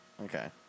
Okay